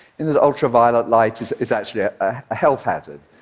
ultraviolet light is is actually a ah health hazard,